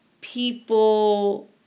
people